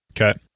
Okay